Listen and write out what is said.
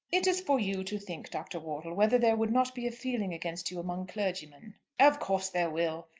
it is for you to think, dr. wortle, whether there would not be a feeling against you among clergymen. of course there will.